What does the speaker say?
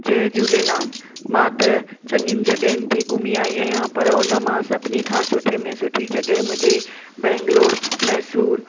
जय झूलेलाल मां त चङियुनि जॻहियुनि ते घुमी आई आहियां पर उन मां सभिनी खां सुठे में सुठी जॻह मुंहिंजे बेंगलुरु मैसूर